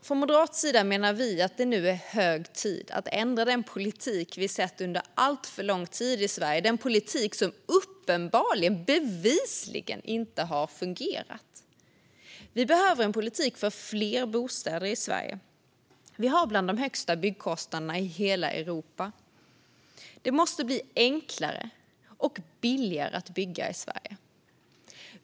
Från moderat sida menar vi därför att det nu är hög tid att ändra den politik som vi sett under alltför lång tid i Sverige och som uppenbarligen, bevisligen, inte har fungerat. Vi behöver en politik för fler bostäder i Sverige. Våra byggkostnader tillhör Europas högsta. Det måste bli enklare och billigare att bygga i Sverige.